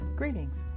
Greetings